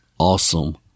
Awesome